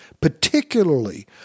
particularly